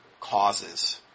causes